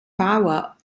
bauer